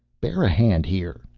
bear a hand here,